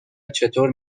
چطور